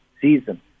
season